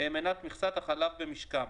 מנת מכסת החלב במשקם.